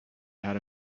had